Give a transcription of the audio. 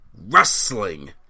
wrestling